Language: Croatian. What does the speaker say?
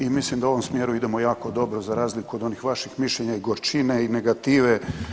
I mislim da u ovom smjeru idemo jako dobro za razliku od onih vaših mišljenja i gorčine i negative.